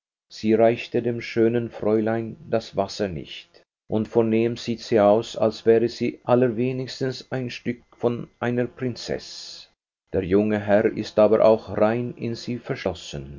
sie reichte dem schönen fräulein das wasser nicht und vornehm sieht sie aus als wäre sie allerwenigstens ein stück von einer prinzeß der junge herr ist aber auch rein in sie verschossen